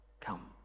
come